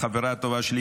החברה הטובה שלי,